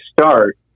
start